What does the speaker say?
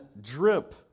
drip